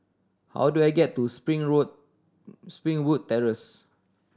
how do I get to Springwood Springwood Terrace